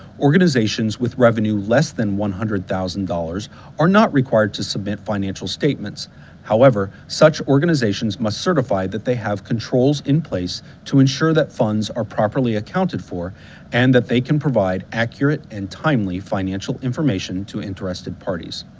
organizations with revenue less than one hundred thousand dollars are not required to submit financial statements however, such organizations must certify that they have controls in place to ensure that funds are properly accounted for and that they can provide accurate and timely financial information to interested parties.